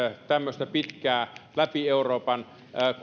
tämmöistä pitkää läpi euroopan